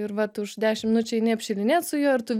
ir vat už dešim minučių eini apšilinėt su juo ir tu